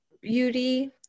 beauty